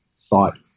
thought